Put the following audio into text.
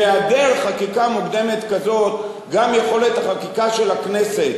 בהיעדר חקיקה מוקדמת כזאת גם יכולת החקיקה של הכנסת